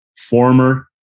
former